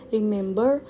Remember